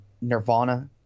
Nirvana